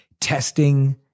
testing